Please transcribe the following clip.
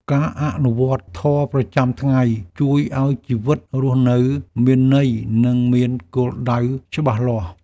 ការអនុវត្តធម៌ប្រចាំថ្ងៃ ជួយឱ្យជីវិតរស់នៅមានន័យ និងមានគោលដៅច្បាស់លាស់។